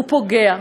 הוא פוגע,